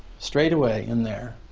straight away in there.